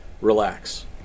relax